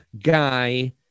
guy